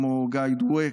כמו גיא דואק,